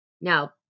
Now